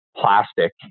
plastic